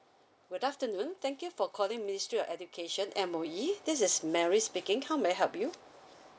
good afternoon thank you for calling ministry of education M_O_E this is mary speaking how may I help you